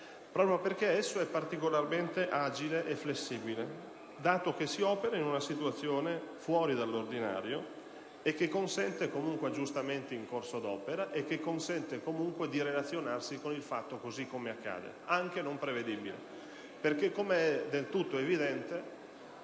proprio perché esso è particolarmente agile e flessibile - dato che si opera in una situazione fuori dall'ordinario - e consente comunque aggiustamenti in corso d'opera e di relazionarsi con il fatto così come accade, anche non prevedibile. È infatti del tutto evidente